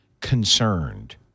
concerned